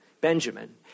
Benjamin